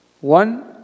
one